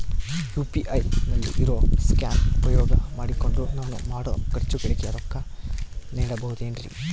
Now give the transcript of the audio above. UPI ನಲ್ಲಿ ಇರೋ scan ಉಪಯೋಗ ಮಾಡಿಕೊಂಡು ನಾನು ಮಾಡೋ ಖರ್ಚುಗಳಿಗೆ ರೊಕ್ಕ ನೇಡಬಹುದೇನ್ರಿ?